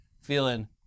feeling